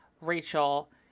Rachel